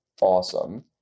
awesome